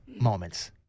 moments